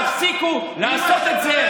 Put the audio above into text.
תפסיקו לעשות את זה,